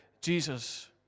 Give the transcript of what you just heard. Jesus